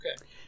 Okay